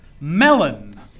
Melon